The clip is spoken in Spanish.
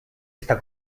esta